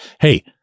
Hey